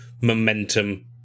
momentum